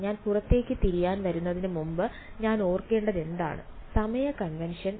ഞാൻ പുറത്തേക്ക് തിരിയാൻ വരുന്നതിനുമുമ്പ് ഞാൻ ഓർക്കേണ്ടതെന്താണ് സമയ കൺവെൻഷൻ